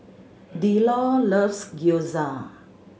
Delores loves Gyoza